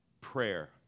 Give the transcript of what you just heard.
prayer